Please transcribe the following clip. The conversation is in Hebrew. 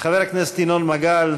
חבר הכנסת ינון מגל,